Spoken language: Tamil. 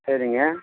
சரிங்க